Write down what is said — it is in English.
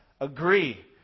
agree